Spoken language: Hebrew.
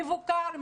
מבוקר,